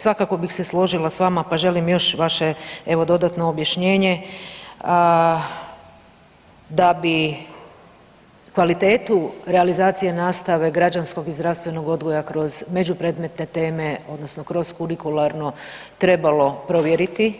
Svakako bih se složila s vama, pa želim još vaše dodatno objašnjenje da bi kvalitetu realizacije nastave građanskog i zdravstvenog odgoja kroz međupredmetne teme odnosno kroz kurikuralno trebalo provjeriti,